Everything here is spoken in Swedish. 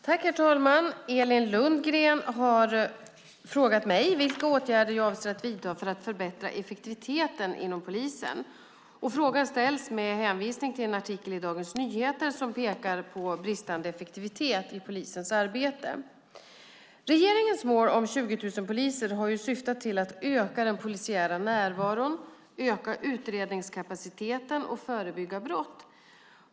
Herr talman! Elin Lundgren har frågat mig vilka åtgärder jag avser att vidta för att förbättra effektiviteten inom polisen. Frågan ställs med hänvisning till en artikel i Dagens Nyheter som pekar på bristande effektivitet i polisens arbete. Regeringens mål om 20 000 poliser har syftat till att öka den polisiära närvaron, öka utredningskapaciteten och förebygga brott.